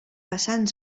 basant